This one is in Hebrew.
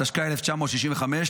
התשכ"א 1965,